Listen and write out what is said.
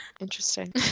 Interesting